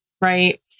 right